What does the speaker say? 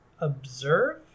observe